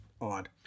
odd